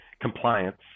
compliance